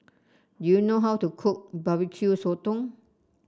do you know how to cook Barbecue Sotong